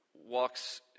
walks